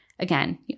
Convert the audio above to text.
again